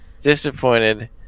Disappointed